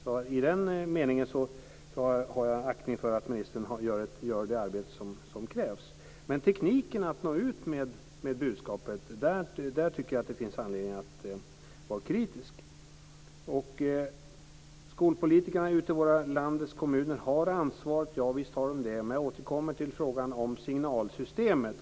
Så i den meningen har jag aktning för att ministern gör det arbete som krävs. Men när det gäller tekniken att nå ut med budskapet tycker jag att det finns anledning att vara kritisk. Skolpolitikerna ute i landets kommuner har ansvaret. Ja visst har de det. Men jag återkommer till frågan om signalsystemet.